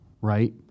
right